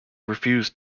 refused